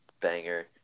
banger